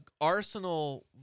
Arsenal